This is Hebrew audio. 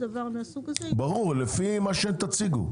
ברור, לפי מה שתציגו.